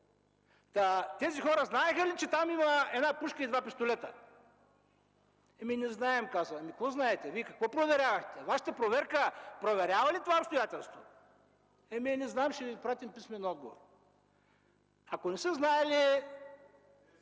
Тези хора знаеха ли, че там има една пушка и два пистолета? – не знаем – отговарят. Какво знаехте? Вие какво проверявахте? Вашата проверка проверява ли това обстоятелство?” – не знаем, ще Ви пратим писмен отговор. Ако не са знаели,